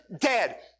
dead